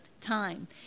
time